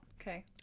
Okay